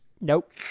nope